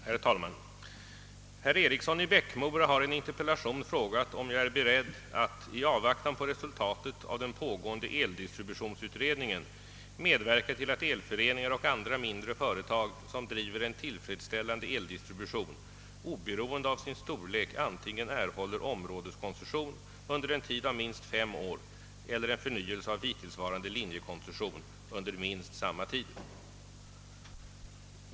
Herr talman! Herr Eriksson i Bäckmora har i en interpellation frågat om jag är beredd att, i avvaktan på resultatet av den pågående eldistributionsutredningen, medverka till att elföreningar och andra mindre företag, som bedriver en tillfredsställande eldistribution, oberoende av sin storlek antingen erhåller områdeskoncession under en tid av minst fem år eller en förnyelse av hittillsvarande linjekoncession under minst samma tid.